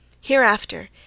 Hereafter